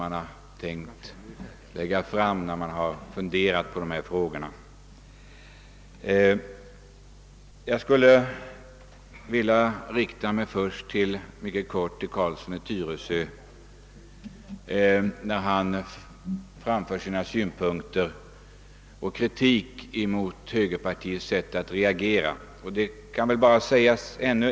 Jag vill först rikta mig mycket kort till herr Carlsson i Tyresö i anledning av hans synpunkter på och hans kritik mot högerpartiets sätt att reagera i de utrikespolitiska frågorna.